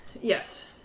Yes